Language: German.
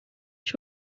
ich